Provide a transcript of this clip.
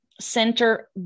center